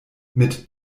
mit